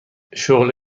شغل